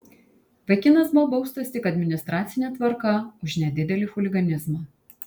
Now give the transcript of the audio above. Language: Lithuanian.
vaikinas buvo baustas tik administracine tvarka už nedidelį chuliganizmą